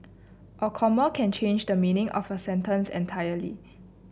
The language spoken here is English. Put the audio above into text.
a comma can change the meaning of a sentence entirely